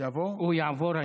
יעבור, יעבור.